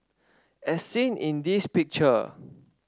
as seen in this picture